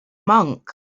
monk